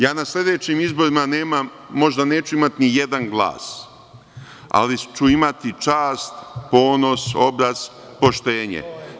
Ja na sledećim izborima možda neću imati ni jedan glas, ali ću imati čast, ponos, obraz, poštenje.